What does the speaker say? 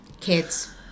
kids